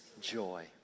joy